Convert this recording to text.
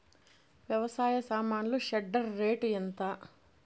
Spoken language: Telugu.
వ్యవసాయ సామాన్లు షెడ్డర్ రేటు ఎంత?